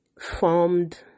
formed